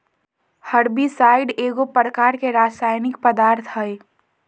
herbicide एगो प्रकार के रासायनिक पदार्थ हई